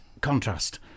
contrast